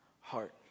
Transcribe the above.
heart